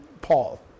Paul